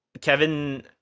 Kevin